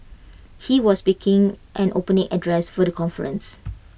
he was speaking and opening address for the conference